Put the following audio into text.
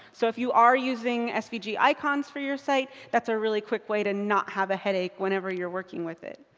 so if you are using svg yeah icons for your site, that's ah a quick way to not have a headache whenever you're working with it.